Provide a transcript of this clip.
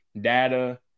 data